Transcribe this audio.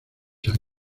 han